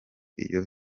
iyo